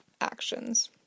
actions